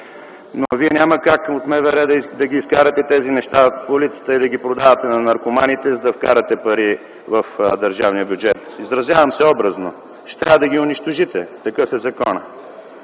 Но Вие няма как от МВР да изкарате тези неща по улицата и да ги продавате на наркоманите, за да вкарате пари в държавния бюджет – изразявам се образно. Ще трябва да ги унищожите. Такъв е законът.